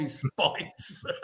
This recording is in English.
spikes